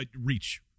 reach